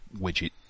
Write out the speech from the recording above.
widget